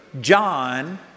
John